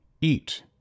eat